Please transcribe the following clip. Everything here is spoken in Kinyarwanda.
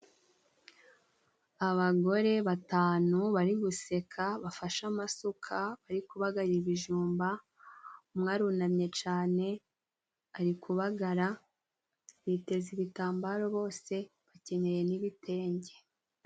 Abagore batanu bari guseka bafashe amasuka, barikubagara ibijumba, umwe arunamye cane arikubagara, biteze ibitambaro bose bakenyeye n'ibitenge.